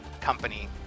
company